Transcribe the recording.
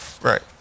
Right